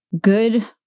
good